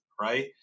right